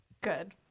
Good